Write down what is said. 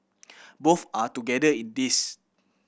both are together in this